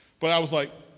but i was like,